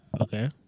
Okay